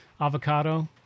avocado